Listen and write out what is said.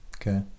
okay